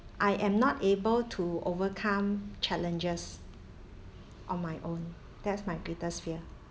I am not able to overcome challenges on my own that's my greatest fear